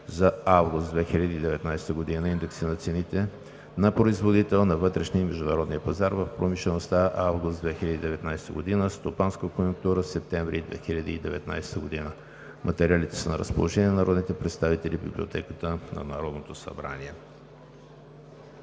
август 2019 г.; индекси на цените на производител на вътрешния и международния пазар в промишлеността за месец август 2019 г.; стопанска конюнктура за месец септември 2019 г. Материалите са на разположение на народните представители в Библиотеката на Народното събрание.